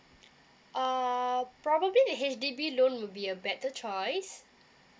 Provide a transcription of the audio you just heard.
uh probably the H_D_B loan will be a better choice